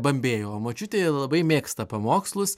bambėjo o močiutė labai mėgsta pamokslus